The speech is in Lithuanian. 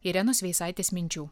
irenos veisaitės minčių